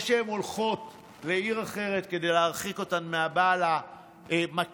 או שהן הולכות לעיר אחרת כדי להרחיק אותן מהבעל המכה,